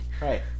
Right